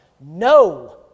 No